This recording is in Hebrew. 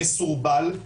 מסורבל,